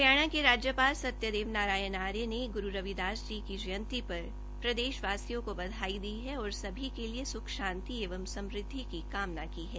हरियाणा के राज्यपाल सत्यदेव नारायण आर्य ने गुरू रविदास जी की जयंती पर प्रदेश वासियों को बधाई दी है और सभी के लिए सुख शांति एवं समुद्धि की कामना की है